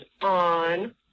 on